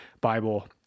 Bible